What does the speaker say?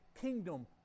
kingdom